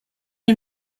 est